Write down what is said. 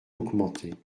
augmenter